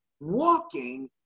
walking